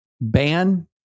ban